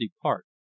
depart